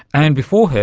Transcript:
and, before her,